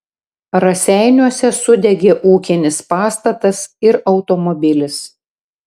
raseiniuose sudegė ūkinis pastatas ir automobilis